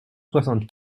soixante